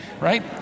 right